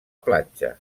platja